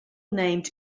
named